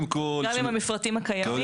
גם עם המפרטים הקיימים?